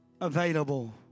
Available